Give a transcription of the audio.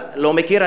לא מכיר?